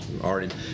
Already